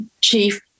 chief